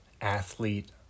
athlete